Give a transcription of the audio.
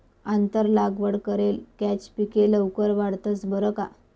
आंतर लागवड करेल कॅच पिके लवकर वाढतंस बरं का